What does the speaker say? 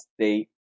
state